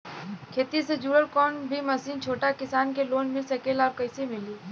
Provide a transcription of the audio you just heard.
खेती से जुड़ल कौन भी मशीन छोटा किसान के लोन मिल सकेला और कइसे मिली?